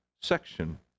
section